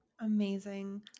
Amazing